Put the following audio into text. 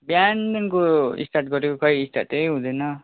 बिहानदेखिको स्टार्ट गरेको खै स्टार्टै हुँदैन